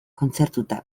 kontzertutan